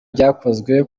byakozwe